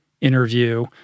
interview